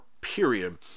period